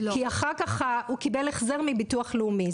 כי אחר כך הוא קיבל החזר מהביטוח הלאומי.